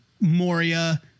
moria